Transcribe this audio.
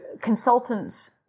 consultants